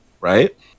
right